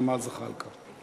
אחריו, חבר הכנסת ג'מאל זחאלקה.